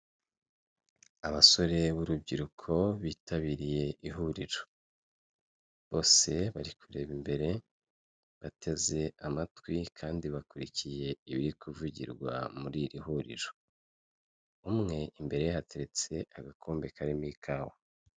Abasore b'urubyiruko bitabiriye ihuriro bose bari kureba imbere bateze amatwi kandi bakurikiye ibiri kuvugirwa muri iri huriro, umwe imbere ye hateretse agakombe karimo ikawa.